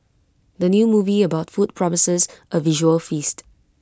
the new movie about food promises A visual feast